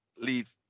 leave